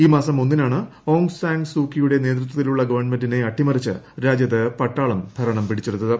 ഈമാസം ഒന്നിനാണ് Aung San സൂകിയുടെ നേതൃത്വത്തിലുള്ള ഗവൺമെന്റിനെ അട്ടിമറിച്ച് രാജ്യത്ത് പട്ടാളം ഭരണം പിടിച്ചെടുത്തത്